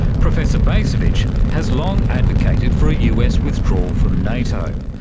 professor bacevich has long advocated for a us withdrawal from nato,